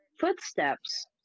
footsteps